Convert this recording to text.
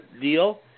deal